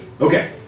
Okay